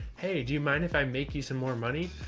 hey, do you mind if i make you some more money?